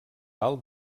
alt